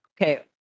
Okay